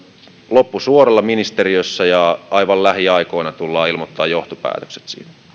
loppusuoralla ministeriössä ja aivan lähiaikoina tullaan ilmoittamaan johtopäätökset